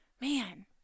man